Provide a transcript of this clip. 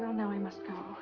well, now i must go.